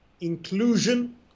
inclusion